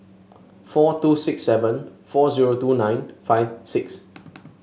four two six seven four zero two nine five six